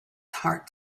heart